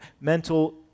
mental